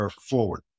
forward